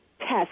test